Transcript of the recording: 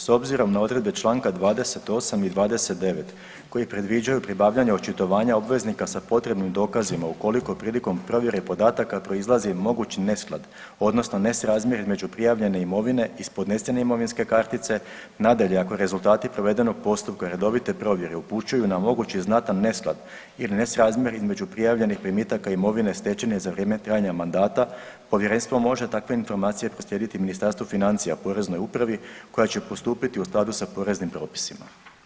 S obzirom na odredbe čl. 28. i 29. koji predviđaju pribavljanje očitovanja obveznika sa potrebnim dokazima ukoliko prilikom provjere podataka proizlazi mogući nesklad odnosno nesrazmjer između prijavljene imovine iz podnesene imovinske kartice, nadalje ako rezultati provedenog postupka redovite provjere upućuju na moguć i znatan nesklad ili nesrazmjer između prijavljenih primitaka imovine stečene za vrijeme trajanja mandata, povjerenstvo može takve informacije proslijediti Ministarstvu financija, Poreznoj upravi, koja će postupiti u skladu sa poreznim propisima.